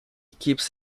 keeps